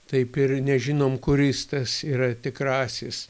taip ir nežinom kuris tas yra tikrasis